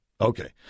Okay